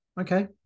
Okay